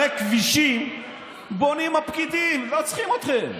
הרי כבישים בונים הפקידים, לא צריכים אתכם.